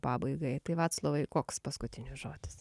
pabaigai tai vaclovai koks paskutinis žodis